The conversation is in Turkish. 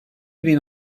bin